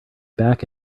back